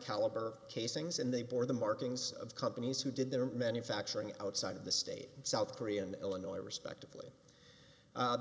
caliber casings and they bore the markings of companies who did their manufacturing outside of the state and south korea and illinois respectively